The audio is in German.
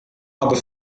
aber